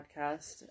podcast